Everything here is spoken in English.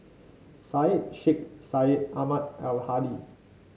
Syed Sheikh Syed Ahmad Al Hadi